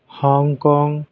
Hong Kong